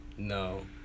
No